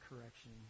correction